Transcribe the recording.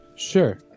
Sure